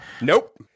Nope